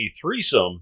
threesome